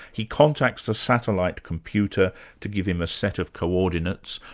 he contacts the satellite computer to give him a set of co-ordinates,